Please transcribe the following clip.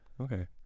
Okay